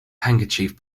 handkerchief